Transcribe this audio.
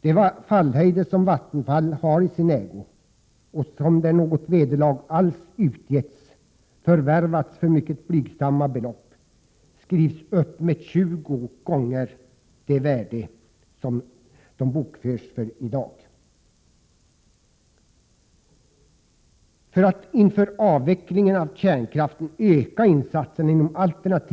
De fallhöjder som Vattenfall har i sin ägo har förvärvats för mycket blygsamma belopp —i de fall då något vederlag alls utgetts. Värdet på dessa fallhöjder skrivs nu upp med 20 gånger deras bokförda